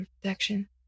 protection